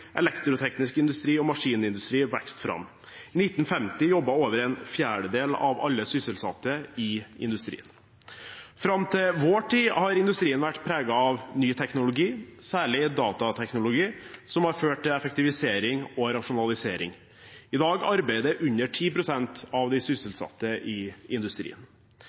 elektroteknisk industri og maskinindustri vokste fram. I 1950 jobbet over en fjerdedel av alle sysselsatte i industrien. Fram til vår tid har industrien vært preget av ny teknologi, særlig datateknologi, som har ført til effektivisering og rasjonalisering. I dag arbeider under 10 pst. av de sysselsatte i industrien.